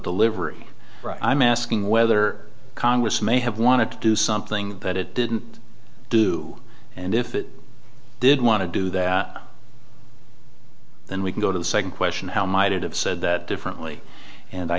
delivery i'm asking whether congress may have wanted to do something that it didn't do and if it did want to do that then we can go to the second question how might it have said that differently and i